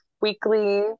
weekly